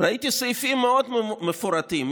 ראיתי סעיפים מאוד מפורטים,